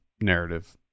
narrative